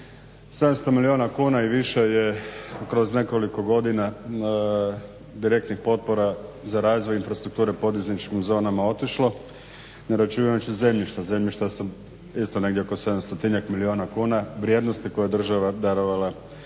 700 milijuna kuna i više je kroz nekoliko godina direktnih potpora za razvoj infrastrukture poduzetničkim zonama otišlo ne računajući zemljišta, zemljišta su isto negdje oko 700 milijuna kuna vrijednosti koje je država darovala